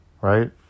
right